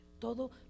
Todo